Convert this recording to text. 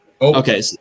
Okay